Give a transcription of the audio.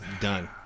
done